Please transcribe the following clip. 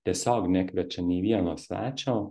tiesiog nekviečia nei vieno svečio